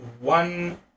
one